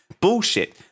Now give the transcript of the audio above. Bullshit